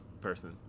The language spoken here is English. person